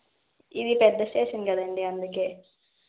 ఇది పెద్ద స్టేషన్ కదండీ అందుకే